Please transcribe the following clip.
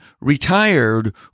retired